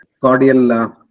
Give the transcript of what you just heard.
cordial